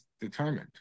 determined